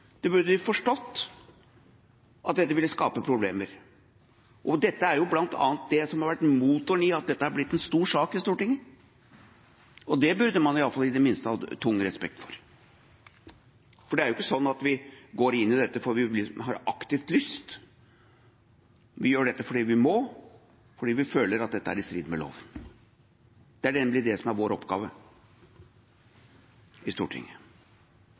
burde forstått at dette ville skape problemer. Dette er bl.a. det som har vært motoren i at dette har blitt en stor sak i Stortinget, og det burde man iallfall i det minste hatt tung respekt for. For det er jo ikke sånn at vi går inn i dette fordi vi aktivt har lyst. Vi gjør dette fordi vi må, fordi vi føler at dette er i strid med loven. Det er nemlig det som er vår oppgave i Stortinget.